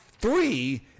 three